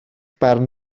barn